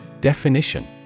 Definition